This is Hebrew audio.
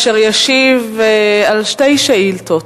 אשר ישיב על שתי שאילתות.